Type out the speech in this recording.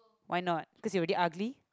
why not because you already ugly